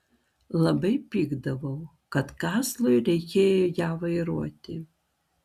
labai pykdavau kad kazlui reikėjo ją vairuoti